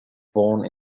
born